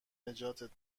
نجاتت